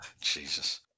Jesus